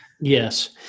Yes